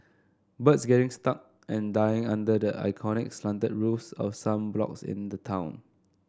birds getting stuck and dying under the iconic slanted roofs of some blocks in the town